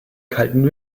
kalten